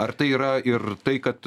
ar tai yra ir tai kad